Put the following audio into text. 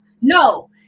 no